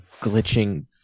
glitching